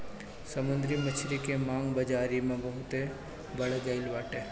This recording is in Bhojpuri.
समुंदरी मछरी के मांग बाजारी में बहुते बढ़ गईल बाटे